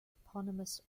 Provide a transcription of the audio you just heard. eponymous